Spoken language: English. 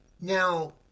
Now